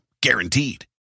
Guaranteed